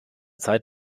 zeit